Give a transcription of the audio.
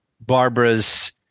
Barbara's